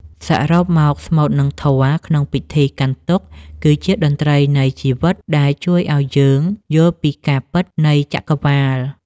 សរុបមក ស្មូត និងធម៌ក្នុងពិធីកាន់ទុក្ខ គឺជាតន្ត្រីនៃជីវិតដែលជួយឱ្យយើងយល់ពីការពិតនៃចក្រវាល។